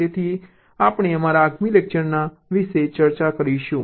તેથી આપણે અમારા આગામી લેક્ચરમાં આ વિશે ચર્ચા કરીશું